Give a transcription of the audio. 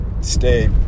stay